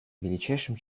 величайшим